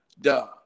duh